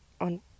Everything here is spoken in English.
on